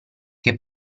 che